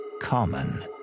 common